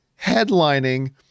headlining